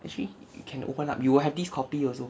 actually you can open up you will have this copy you also